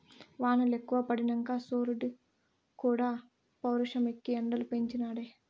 వానలెక్కువ పడినంక సూరీడుక్కూడా పౌరుషమెక్కి ఎండలు పెంచి నాడే